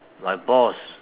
my boss